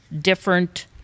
different